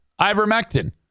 Ivermectin